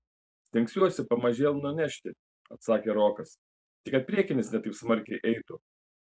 stengsiuosi pamažėl nunešti atsakė rokas tik kad priekinis ne taip smarkiai eitų